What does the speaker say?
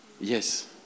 Yes